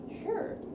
Sure